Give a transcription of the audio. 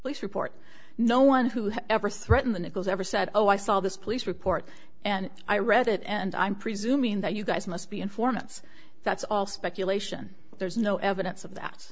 police report no one who has ever threaten the nichols ever said oh i saw this police report and i read it and i'm presuming that you guys must be informants that's all speculation there's no evidence of that